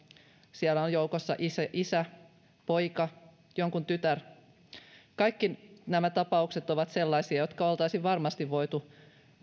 siellä on joukossa jonkun isä poika tytär kaikki nämä tapaukset ovat sellaisia jotka oltaisiin varmasti voitu